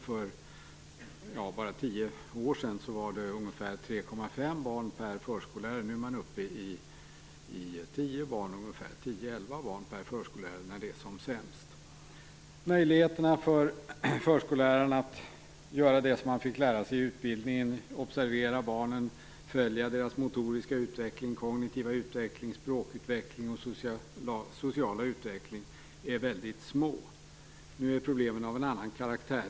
För bara tio år sedan var det ungefär 3,5 barn per förskollärare, och nu är man uppe i 10-11 barn per förskollärare när det är som sämst. Möjligheterna är väldigt små för förskollärarna att göra det som de fick lära sig i utbildningen, att observera barnen, följa deras motoriska, kognitiva, språkliga och sociala utveckling. Nu är problemen av en annan karaktär.